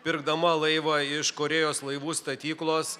pirkdama laivą iš korėjos laivų statyklos